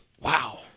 Wow